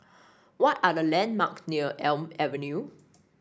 what are the landmarks near Elm Avenue